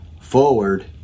forward